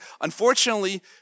Unfortunately